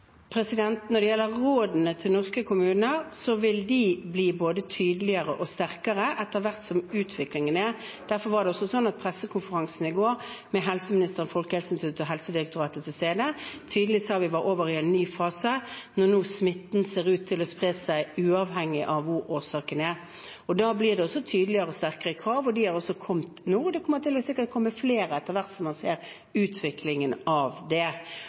Når det gjelder rådene til norske kommuner, vil de bli både tydeligere og sterkere i tråd med utviklingen. Derfor var det sånn at vi på pressekonferansen i går – med helseministeren, Folkehelseinstituttet og Helsedirektoratet til stede – tydelig sa at vi er over i en ny fase når smitten nå ser ut til å spre seg uavhengig av hvor årsaken er. Da blir det også tydeligere og sterkere krav. De har kommet nå, og det kommer sikkert til å komme flere etter hvert som man ser utviklingen.